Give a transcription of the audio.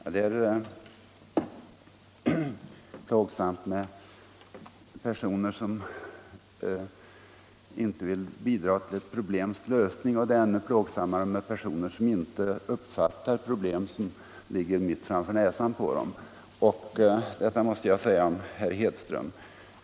Fru talman! Det är plågsamt med personer som inte vill bidra till ett problems lösning, och det är ännu plågsammare med personer som inte ens uppfattar att problemen existerar, problem som ligger mitt framför näsan på dem. Detta måste jag säga om Hedström.